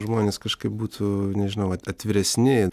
žmonės kažkaip būtų nežinau at atviresni